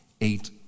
Eight